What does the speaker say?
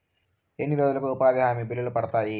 ఎన్ని రోజులకు ఉపాధి హామీ బిల్లులు పడతాయి?